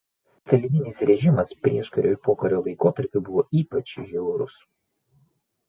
stalininis režimas prieškario ir pokario laikotarpiu buvo ypač žiaurus